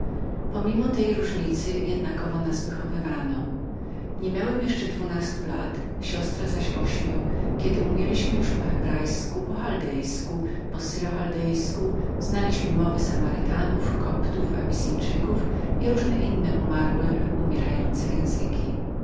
pomimo tej różnicy jednakowo nas wychowano nie miałem jeszcze dwunastu lat moja siostra zaś ośmiu kiedy umieliśmy już po hebrajsku po chaldejsku po syro chaldejsku znaliśmy mowy samarytanów koptów abissyńczyków i różne inne umarłe lub umierające języki